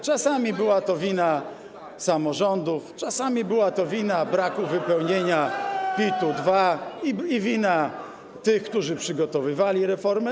Czasami była to wina samorządów, czasami była to wina braku wypełnienia PIT-2 i wina tych, którzy przygotowywali reformy.